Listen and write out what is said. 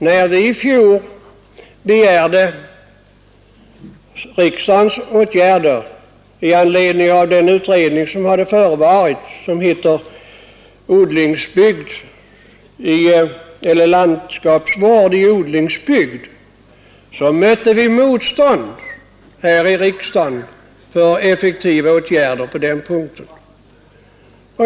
När vi i fjol begärde riksdagens åtgärder i anledning av utredningen Landskapsvård i odlingsbygd mötte vi motstånd här i riksdagen mot effektiva åtgärder på denna punkt.